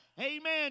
amen